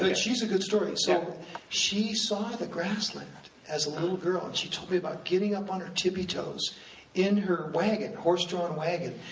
like she's a good story. so she saw the grassland as a little girl, and she told me about getting up on her tippy toes in her wagon, horse-drawn wagon,